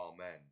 Amen